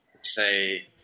say